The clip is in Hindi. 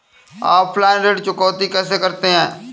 ऑफलाइन ऋण चुकौती कैसे करते हैं?